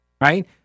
right